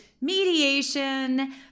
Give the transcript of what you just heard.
mediation